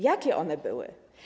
Jakie one były?